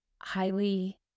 highly